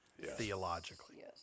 theologically